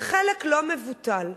וחלק לא מבוטל,